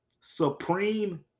supreme